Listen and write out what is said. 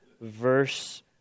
verse